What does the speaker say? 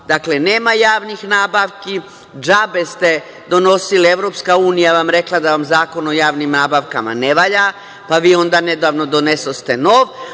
Dakle, nema javnih nabavki, džabe ste donosili, EU vam je rekla da vam Zakon o javnim nabavkama ne valja, pa vi onda nedavno donesoste nov,